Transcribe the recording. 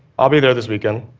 i'll be there this weekend,